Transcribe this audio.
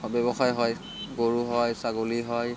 ব্যৱসায় হয় গৰু হয় ছাগলী হয়